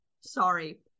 sorry